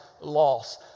loss